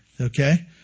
Okay